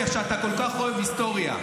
אתה כל כך אוהב היסטוריה,